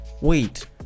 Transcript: wait